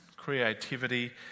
Creativity